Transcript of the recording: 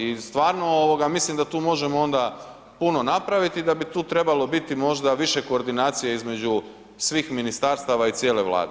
I stvarno mislim da tu možemo onda puno napraviti i da bi tu trebalo biti možda više koordinacije između svih ministarstava i cijele Vlade.